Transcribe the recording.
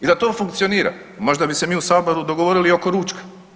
I da to funkcionira, možda bi se mi u Saboru dogovorili i oko ručka.